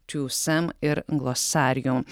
twosome ir glossarium